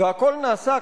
והכול נעשה,